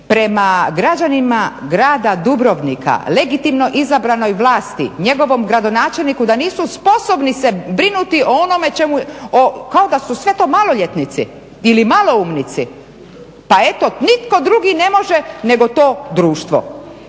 prema građanima grada Dubrovnika, legitimno izabranoj vlasti, njegovom gradonačelniku da nisu sposobni se brinuti o onome kao da su to sve maloljetnici ili maloumnici pa eto nitko drugi ne može nego to društvo.